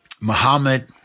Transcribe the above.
Muhammad